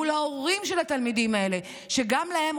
מול ההורים של התלמידים האלה שגם להם,